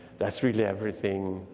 that's really everything,